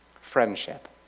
friendship